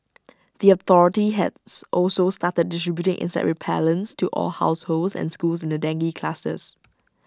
the authority has also started distributing insect repellents to all households and schools in the dengue clusters